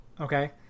okay